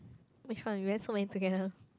which one we went so many together